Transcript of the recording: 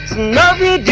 not a